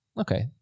Okay